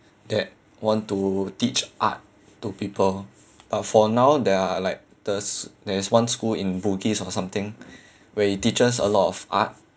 that want to teach art to people but for now there are like there's there's one school in bugis or something where it teaches a lot of art